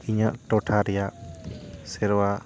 ᱤᱧᱟᱹᱜ ᱴᱚᱴᱷᱟ ᱨᱮᱭᱟᱜ ᱥᱮᱨᱶᱟ